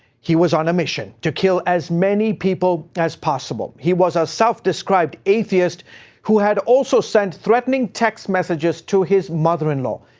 he was on a mission to kill as many people as possible. he was a self-described atheist who had also sent threatening text messages to his mother-in-law.